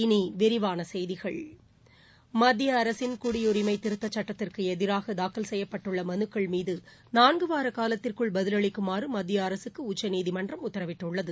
இனி விரிவான செய்திகள் மத்திய அரசின் குடியுரிமை திருத்தச் சட்டத்திற்கு எதிராக தாக்கல் செய்யப்பட்டுள்ள மனுக்கள் மீது நான்குவார காலத்திற்குள் பதிலளிக்குமாறு மத்திய அரசுக்கு உச்சநீதிமன்றம் உத்தரவிட்டுள்ளது